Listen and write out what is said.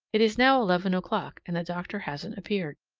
it is now eleven o'clock, and the doctor hasn't appeared.